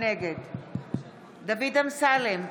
נגד דוד אמסלם,